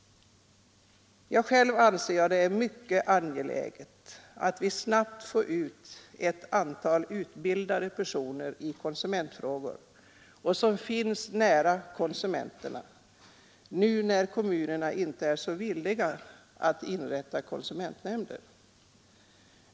Jag anser att det är mycket angeläget att vi snabbt får ut ett antal utbildade personer i konsumentfrågor som finns nära konsumenterna nu när kommunerna inte är så villiga att inrätta konsumentnämnder.